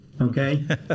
okay